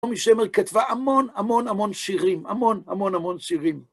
נעמי שמר כתבה המון, המון, המון שירים. המון, המון, המון שירים.